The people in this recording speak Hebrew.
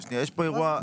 יש פה אירוע,